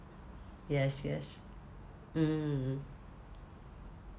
yes yes mm